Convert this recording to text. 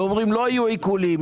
ואומרים: לא יהיו עיקולים,